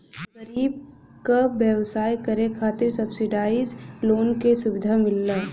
गरीब क व्यवसाय करे खातिर सब्सिडाइज लोन क सुविधा मिलला